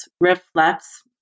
reflects